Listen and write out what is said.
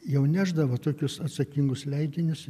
jau nešdavo tokius atsakingus leidinius